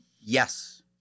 Yes